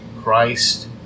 Christ